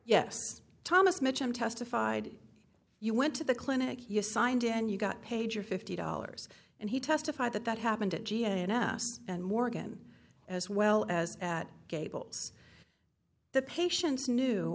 mitchum testified you went to the clinic you signed it and you got paid your fifty dollars and he testified that that happened at g n ass and morgan as well as at gables the patients knew